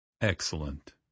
Excellent